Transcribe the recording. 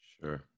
Sure